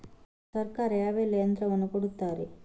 ಸರ್ಕಾರ ಯಾವೆಲ್ಲಾ ಯಂತ್ರವನ್ನು ಕೊಡುತ್ತಾರೆ?